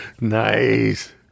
Nice